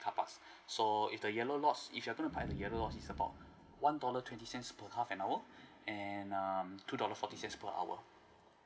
car parks so if the yellow lots if you gonna park at the yellow lot it's about one dollar sixty cents per half an hour and um two dollars forty cents per hour